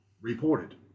reported